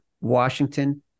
Washington